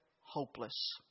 Hopeless